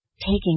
taking